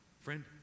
Friend